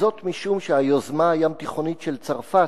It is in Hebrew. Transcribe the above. משום שהיוזמה הים-תיכונית של צרפת,